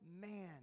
man